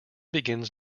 begins